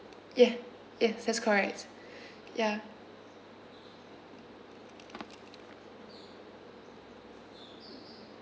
ya ya that's correct ya